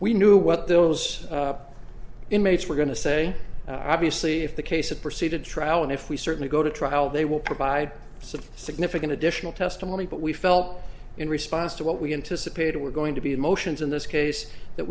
we knew what those inmates were going to say obviously if the case of proceed to trial and if we certainly go to trial they will provide some significant additional testimony but we felt in response to what we anticipated were going to be motions in this case that